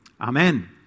Amen